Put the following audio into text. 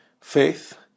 Faith